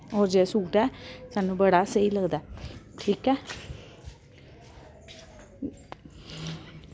होर जेह्ड़ा सूट ऐ सानूं बड़ा स्हेई लगदा ऐ ठीक ऐ